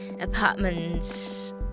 apartments